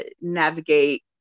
navigate